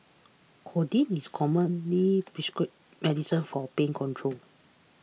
codeine is a commonly prescribed medication for pain control